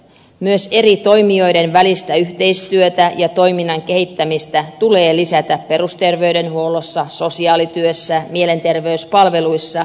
myös eri toimijoiden välistä yhteistyötä ja toiminnan kehittämistä tulee lisätä perusterveydenhuollossa sosiaalityössä mielenterveyspalveluissa ja päihdetyössä